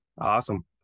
Awesome